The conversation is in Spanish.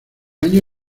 año